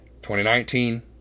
2019